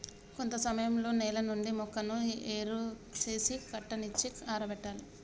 కొంత సమయంలో నేల నుండి మొక్కను ఏరు సేసి కట్టనిచ్చి ఆరబెట్టాలి